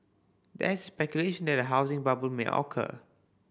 there is speculation that a housing bubble may occur